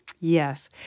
Yes